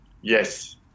Yes